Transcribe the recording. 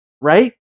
right